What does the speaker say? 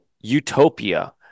Utopia